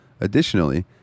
Additionally